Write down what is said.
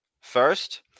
First